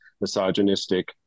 misogynistic